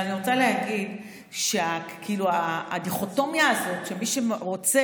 אני רוצה להגיד שהדיכוטומיה הזאת שלפיה מי שרוצה